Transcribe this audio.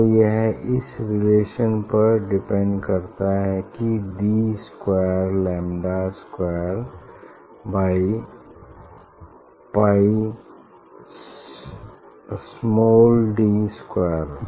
तो यह इस रिलेशन पर डिपेंड करता है D square lambda square by pi small D square